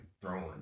throwing